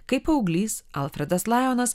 kai paauglys alfredas lajonas